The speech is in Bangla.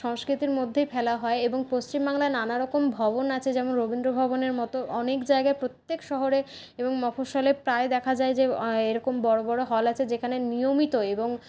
সংস্কৃতির মধ্যেই ফেলা হয় এবং পশ্চিমবাংলায় নানারকম ভবন আছে যেমন রবীন্দ্র ভবনের মত অনেক জায়গায় প্রত্যেক শহরে এবং মফস্বলে প্রায় দেখা যায় যে এরকম বড়ো বড়ো হল আছে যেখানে নিয়মিত এবং